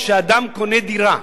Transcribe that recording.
כשאדם קונה דירה,